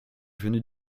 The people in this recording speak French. venue